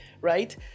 right